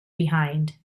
behind